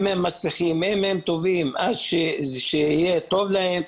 אם הם מצליחים, אם הם טובים אז שיהיה טוב להם.